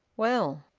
well,